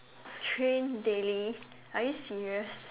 train daily are you serious